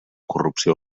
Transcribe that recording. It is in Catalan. corrupció